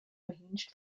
ranged